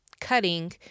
cutting